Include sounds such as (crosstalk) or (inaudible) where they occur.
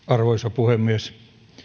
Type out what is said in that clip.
(unintelligible) arvoisa puhemies